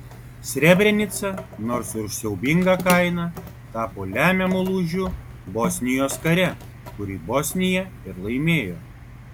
srebrenica nors ir už siaubingą kainą tapo lemiamu lūžiu bosnijos kare kurį bosnija ir laimėjo